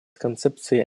концепцией